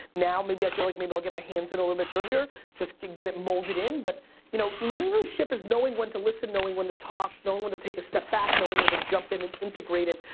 now maybe i feel like maybe like i'll get my hands in a little bit dirtier just get get it molded in. but you know leadership is knowing when to listen, knowing when to talk. knowing when to take a step back, knowing when to jump in and integrate it.